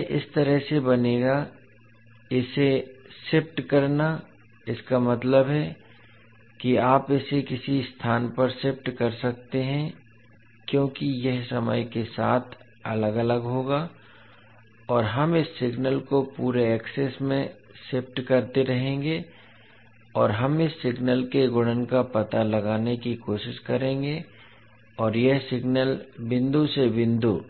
यह इस तरह से बनेगा इसे शिफ्ट करना इसका मतलब है कि आप इसे किसी स्थान पर शिफ्ट कर सकते हैं क्योंकि यह समय के साथ अलग अलग होगा और हम इस सिग्नल को पूरे एक्सेस में शिफ्ट करते रहेंगे और हम इस सिग्नल के गुणन का पता लगाने की कोशिश करेंगे और यह सिग्नल बिंदु से बिंदु